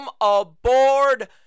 aboard